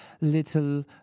little